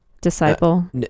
disciple